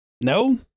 No